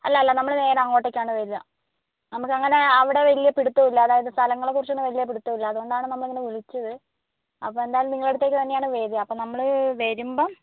അല്ലല്ല നമ്മൾ നേരെ അങ്ങോട്ടേക്കാണു വരുക നമ്മൾക്കങ്ങനെ അവിടെ വലിയ പിടിത്തമില്ല അതായത് സ്ഥലങ്ങളെക്കുറിച്ചൊന്നും വലിയ പിടിത്തമില്ല അതുകൊണ്ടാണ് നമ്മളിങ്ങനെ വിളിച്ചത് അപ്പോൾ എന്തായാലും നിങ്ങളുടെ അടുത്തേക്കുതന്നെയാണ് വരിക അപ്പോൾ നമ്മൾ വരുമ്പോൾ